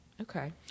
Okay